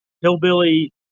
hillbilly